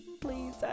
Please